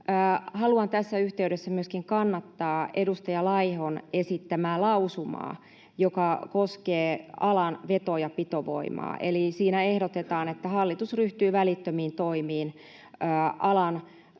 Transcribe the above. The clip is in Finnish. Haluan tässä yhteydessä myöskin kannattaa edustaja Laihon esittämää lausumaa, joka koskee alan veto- ja pitovoimaa. Eli siinä ehdotetaan, että hallitus ryhtyy välittömiin toimiin alan